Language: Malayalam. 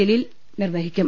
ജലീൽ നിർവ്വഹിക്കും